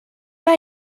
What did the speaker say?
pas